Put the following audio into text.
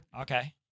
Okay